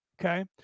Okay